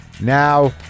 now